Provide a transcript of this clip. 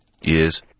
years